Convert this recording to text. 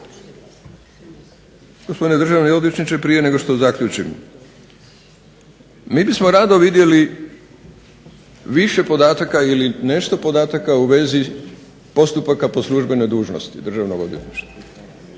Gospodine državni odvjetniče, prije nego što zaključim, mi bismo rado vidjeli više podataka ili nešto podataka u vezi postupaka po službenoj dužnosti Državnog odvjetništva,